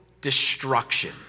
destruction